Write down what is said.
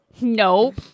Nope